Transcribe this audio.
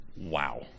wow